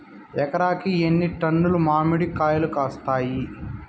ఎకరాకి ఎన్ని టన్నులు మామిడి కాయలు కాస్తాయి?